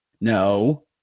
No